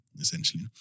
essentially